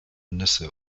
nüsse